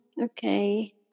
Okay